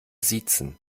siezen